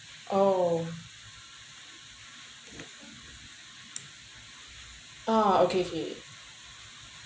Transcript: oh uh okay okay